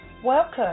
Welcome